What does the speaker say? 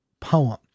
poem